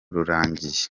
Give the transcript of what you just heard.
rurangiye